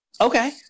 Okay